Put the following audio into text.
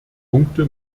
punkte